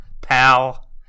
Pal